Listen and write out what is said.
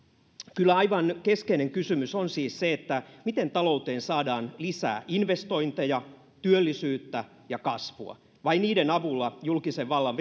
kyllä aivan keskeinen kysymys on siis se miten talouteen saadaan lisää investointeja työllisyyttä ja kasvua vain niiden avulla julkisen vallan